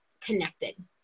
connected